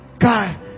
God